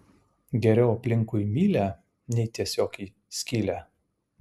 geriau aplinkui mylią nei tiesiog į skylę